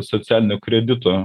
socialinių kreditų